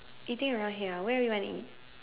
eating around here where you want eat